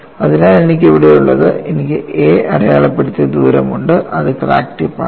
അതിനാൽ എനിക്ക് ഇവിടെയുള്ളത് എനിക്ക് a എന്ന് അടയാളപ്പെടുത്തിയ ദൂരം ഉണ്ട് അത് ക്രാക്ക് ടിപ്പണ്